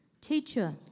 Teacher